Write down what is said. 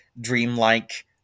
dreamlike